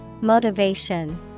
Motivation